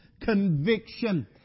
conviction